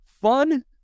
fun